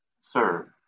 serve